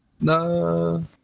No